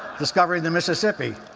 discovering the mississippi.